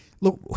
Look